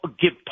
give